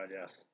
yes